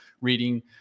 reading